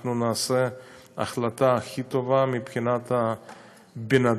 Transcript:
אנחנו נקבל את ההחלטה הכי טובה מבחינת האדם